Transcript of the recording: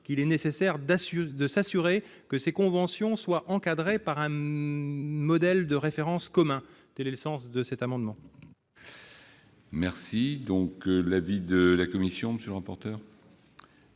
qu'il est nécessaire de s'assurer que ces conventions sont encadrées par un modèle de référence commun. Tel est le sens de cet amendement. Quel est l'avis de la commission ? Cette